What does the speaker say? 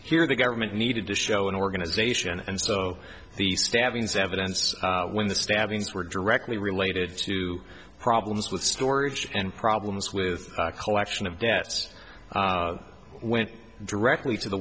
here the government needed to show an organization and so the stabbings evidence when the stabbings were directly related to problems with storage and problems with collection of deaths went directly to the